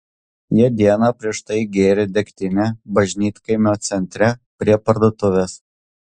jie dieną prieš tai gėrė degtinę bažnytkaimio centre prie parduotuvės